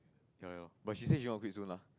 ya ya but she says she want quit soon lah